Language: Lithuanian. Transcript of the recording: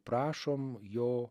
prašom jo